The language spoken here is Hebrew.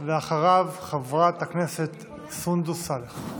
אחריו, חברת הכנסת סונדוס סאלח.